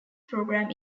program